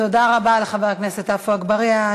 תודה רבה לחבר הכנסת עפו אגבאריה.